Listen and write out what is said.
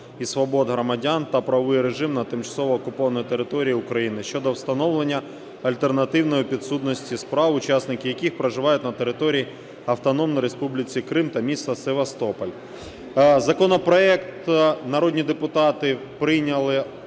і свобод громадян та правовий режим на тимчасово окупованій території України" щодо встановлення альтернативної підсудності справ, учасники яких проживають на території Автономної Республіки Крим та міста Севастополя. Законопроект народні депутати прийняли